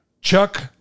Chuck